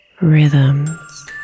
rhythms